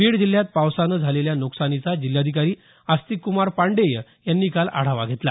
बीड जिल्ह्यात पावसामुळे झालेल्या नुकसानीचा जिल्हाधिकारी आस्तिक कुमार पाण्डेय यांनी काल आढावा घेतला